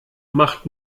macht